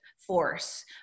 force